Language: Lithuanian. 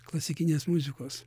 klasikinės muzikos